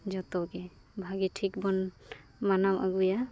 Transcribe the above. ᱡᱚᱛᱚᱜᱮ ᱵᱷᱟᱜᱮ ᱴᱷᱤᱠ ᱵᱚᱱ ᱢᱟᱱᱟᱣ ᱟᱹᱜᱩᱭᱟ